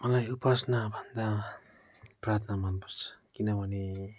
मलाई उपासना भन्दा प्रार्थना मनपर्छ किनभने